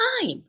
time